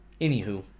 Anywho